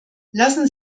lassen